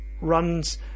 runs